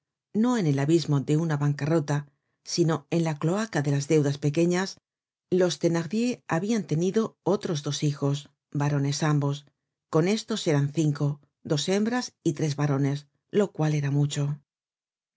no en el abismo de una bancarrota sino en la cloaca de las deudas pequeñas los thenardier habian tenido otros dos hijos varones ambos con estos eran cinco dos hembras y tres varones lo cual era mucho